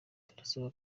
turasaba